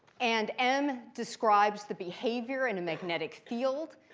and m describes the behavior in a magnetic field.